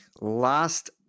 last